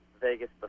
vegas